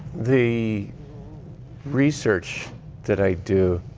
the research that i do,